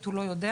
הוא לא יודע.